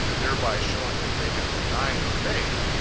thereby showing that they have denied the faith,